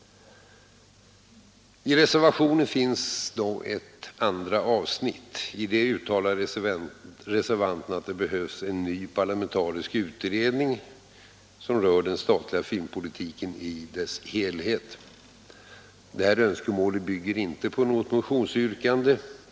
I reservationen finns emellertid ett andra avsnitt. I det uttalar reservanterna att det behövs en ny parlamentarisk utredning om den statliga filmpolitiken i dess helhet. Detta önskemål bygger inte på något motionsyrkande.